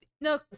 no